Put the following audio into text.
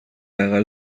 اقل